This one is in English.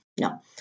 No